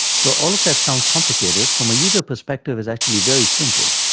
so all of that sounds complicated. from a user perspective it's actually very simple.